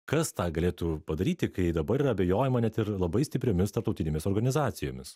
kas tą galėtų padaryti kai dabar yra abejojama net ir labai stipriomis tarptautinėmis organizacijomis